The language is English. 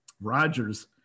Rodgers